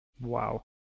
Wow